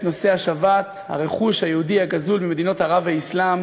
נושא השבת הרכוש היהודי הגזול ממדינות ערב והאסלאם,